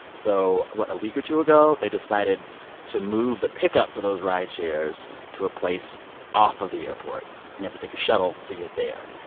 so what? a week or two ago, they decided to move the pickup for those rideshares to a place off of the airport, and you have to take a shuttle to get there.